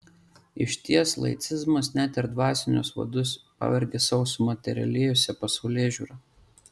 išties laicizmas net ir dvasinius vadus pavergia savo sumaterialėjusia pasaulėžiūra